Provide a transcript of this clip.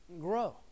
grow